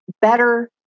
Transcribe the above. better